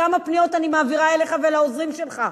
כמה פניות אני מעבירה אליך ולעוזרים שלך,